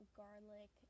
garlic